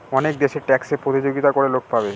অনেক দেশে ট্যাক্সে প্রতিযোগিতা করে লোক পাবে